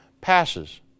passes